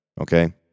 okay